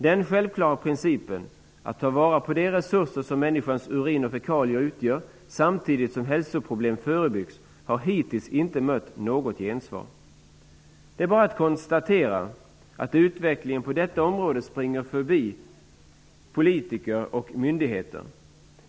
Den självklara principen att ta vara på de resurser som människans urin och fekalier utgör, samtidigt som hälsoproblem förebyggs, har hittills inte mött något gensvar. Det är bara att konstatera, att utvecklingen på detta område springer förbi politiker och myndigheter.